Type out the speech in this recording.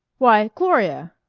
why, gloria!